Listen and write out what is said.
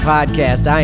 Podcast